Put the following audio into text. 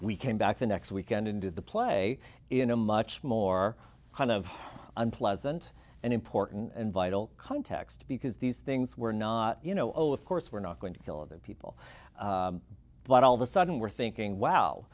we came back the next weekend and did the play in a much more kind of unpleasant and important and vital context because these things were not you know of course we're not going to kill other people but all of a sudden we're thinking wow